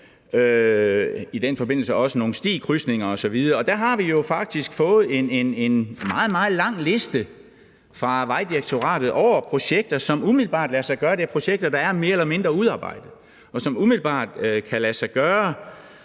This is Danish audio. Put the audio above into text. i den forbindelse også nogle stikrydsninger osv., og der har vi jo faktisk fået en meget, meget lang liste fra Vejdirektoratet over projekter, som umiddelbart lader sig gøre – projekter, der er mere eller mindre udarbejdet, og som umiddelbart kan lade sig gøre.